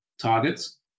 targets